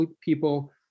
people